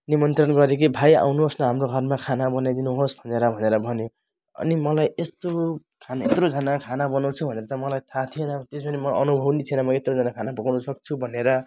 निमन्त्रण गऱ्यो कि भाइ आउनुहोस् न हाम्रो घरमा खाना बनाइदिनु होस् भनेर भनेर भन्यो अनि मलाई यस्तो खाने यत्रोजनाको खाना बनाउँछु भनेर त मलाई थाहा थिएन त्यसपछि म अनुभव पनि थिएन म यत्रोजनाको खाना पकाउनु सक्छु भनेर